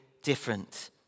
Different